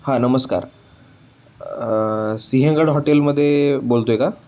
हां नमस्कार सिंहगड हॉटेलमध्ये बोलत आहे का